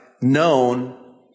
known